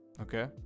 Okay